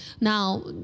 Now